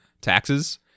taxes